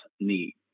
need